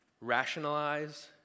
rationalize